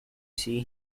see